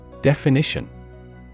Definition